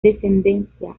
descendencia